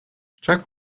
chuck